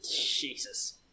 Jesus